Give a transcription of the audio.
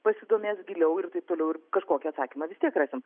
pasidomės giliau ir taip toliau ir kažkokį atsakymą vis tiek rasim